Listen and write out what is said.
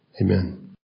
Amen